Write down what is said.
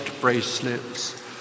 bracelets